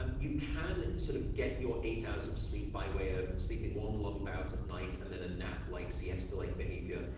um you can sort of get your eight hours of sleep by way of sleeping one long bout at night and then a nap, like siesta-like behavior.